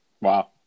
Wow